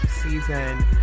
season